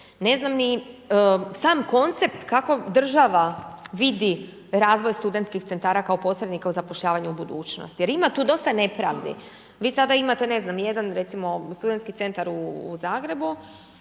Ne znam ni sama koncept kako država vidi razvoj studentskih centara kao posrednika u zapošljavanju u budućnosti. Jer ima tu dosta nepravdi. Vi sada imate ne znam jedan recimo studentski centar u Zagrebu,